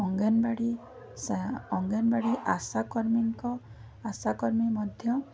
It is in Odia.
ଅଙ୍ଗନବାଡ଼ି ସା ଅଙ୍ଗନବାଡ଼ି ଆଶା କାର୍ମୀଙ୍କ ଆଶା କର୍ମୀ ମଧ୍ୟ